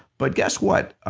but guess what?